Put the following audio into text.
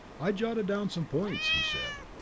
i jotted down some points, he said.